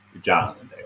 Jonathan